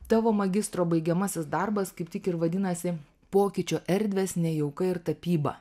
tavo magistro baigiamasis darbas kaip tik ir vadinasi pokyčio erdvės nejauka ir tapyba